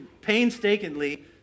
painstakingly